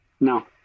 No